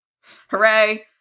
hooray